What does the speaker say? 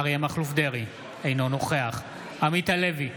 אריה מכלוף דרעי, אינו נוכח עמית הלוי,